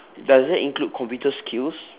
does that include computer skills